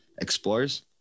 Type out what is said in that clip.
explorers